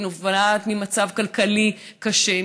היא נובעת ממצב כלכלי קשה,